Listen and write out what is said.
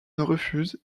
refuse